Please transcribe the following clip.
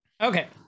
Okay